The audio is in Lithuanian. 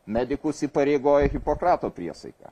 medikus įpareigoja hipokrato priesaika